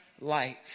life